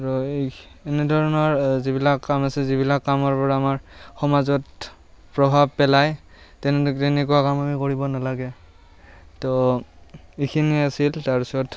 আৰু এই এনেধৰণৰ যিবিলাক কাম আছে যিবিলাক কামৰ পৰা আমাৰ সমাজত প্ৰভাৱ পেলায় তেনে তেনেকুৱা কাম আমি কৰিব নালাগে তো এইখিনিয়ে আছিল তাৰপাছত